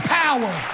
power